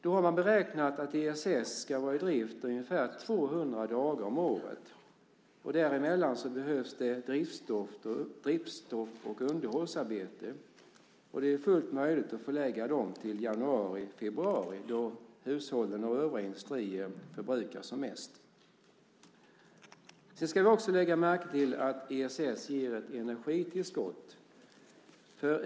Då har man beräknat att ESS ska vara i drift ungefär 200 dagar om året. Däremellan behövs det driftsstopp och underhållsarbete, och det är fullt möjligt att förlägga detta till januari och februari då hushåll och övriga industrier förbrukar som mest. Vi ska också lägga märke till att ESS ger ett energitillskott.